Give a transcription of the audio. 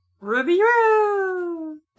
Ruby-roo